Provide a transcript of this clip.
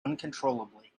uncontrollably